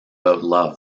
about